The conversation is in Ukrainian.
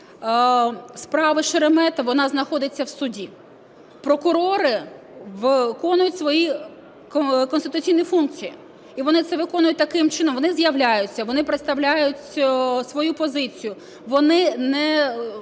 справи Шеремета, вона знаходиться в суді. Прокурори виконують свої конституційні функції, і вони це виконують таким чином: вони з'являються, вони представляють свою позицію,